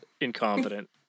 incompetent